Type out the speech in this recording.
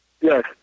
Yes